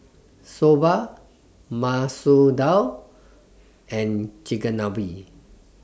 Soba Masoor Dal and Chigenabe